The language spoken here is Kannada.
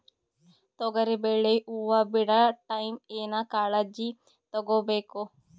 ತೊಗರಿಬೇಳೆ ಹೊವ ಬಿಡ ಟೈಮ್ ಏನ ಕಾಳಜಿ ತಗೋಬೇಕು?